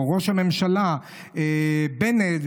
או ראש הממשלה בנט,